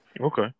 Okay